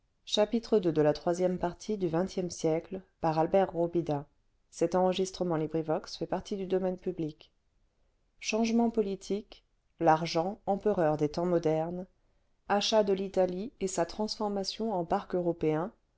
changements politiques l'argent empereur des temps modernes achat de l'italie et sa transformation en parc européen